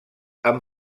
amb